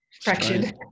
fractured